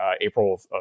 April